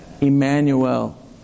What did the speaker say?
Emmanuel